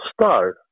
star